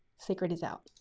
secret is out.